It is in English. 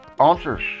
answers